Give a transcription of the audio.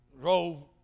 drove